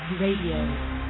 RADIO